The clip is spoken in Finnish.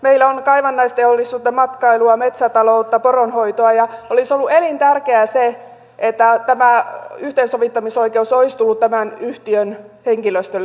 meillä on kaivannaisteollisuutta matkailua metsätaloutta poronhoitoa ja olisi ollut elintärkeää se että tämä yhteensovittamisoikeus olisi tullut tämän yhtiön henkilöstölle